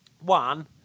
One